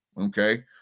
Okay